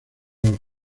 los